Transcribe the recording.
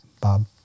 Bob